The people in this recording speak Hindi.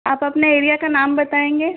आप अपने एरिया का नाम बताएंगे